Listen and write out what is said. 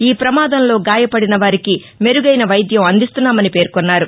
ఈ ప్రమాదంలో గాయపడిన వారికి మెరుగైన వైద్యం అందిస్తున్నామని పేర్కొన్నారు